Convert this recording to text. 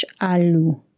alu